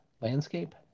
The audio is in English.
landscape